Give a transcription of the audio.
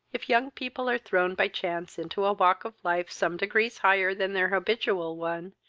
if young people are thrown by chance into a walk of life some degrees higher than their habitual one,